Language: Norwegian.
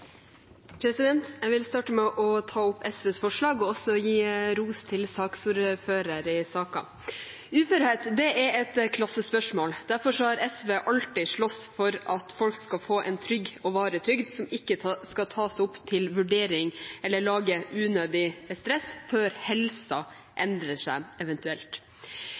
Jeg vil starte med å ta opp SVs forslag og også gi ros til saksordføreren i saken. Uførhet er et klassespørsmål. Derfor har SV alltid slåss for at folk skal få en trygg og varig trygd som ikke skal tas opp til vurdering eller lage unødig stress før helsen eventuelt endrer seg.